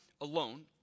alone